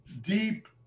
deep